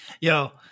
yo